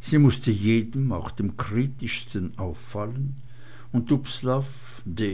sie mußte jedem auch dem kritischsten auffallen und